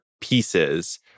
pieces